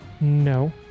No